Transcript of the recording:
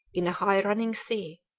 in a high-running sea,